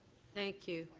thank you.